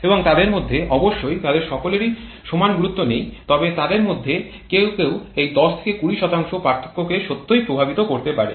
এবং তাদের মধ্যে অবশ্যই তাদের সকলেরই সমান গুরুত্ব নেই তবে তাদের মধ্যে কেউ কেউ এই ১০ থেকে ২০ পার্থক্যকে সত্যই প্রভাবিত করতে পারে